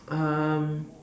um